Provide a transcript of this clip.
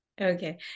Okay